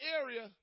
area